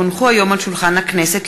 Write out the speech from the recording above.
כי הונחו היום על שולחן הכנסת,